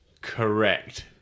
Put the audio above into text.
Correct